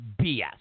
BS